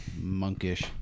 Monkish